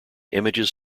images